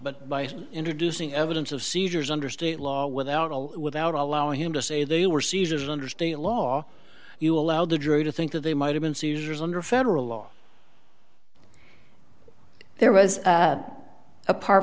but by introducing evidence of seizures under state law without will without allowing him to say they were seizures under state law you allowed the drew to think that they might have been seizures under federal law there was apart